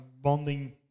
bonding